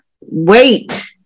wait